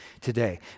today